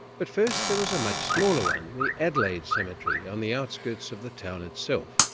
but first there was a much smaller one, the adelaide cemetery, on the outskirts of the town itself.